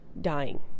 dying